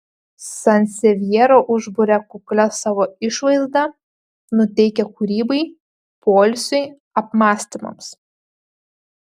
sansevjera užburia kuklia savo išvaizda nuteikia kūrybai poilsiui apmąstymams